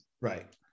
Right